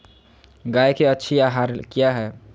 गाय के अच्छी आहार किया है?